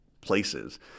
places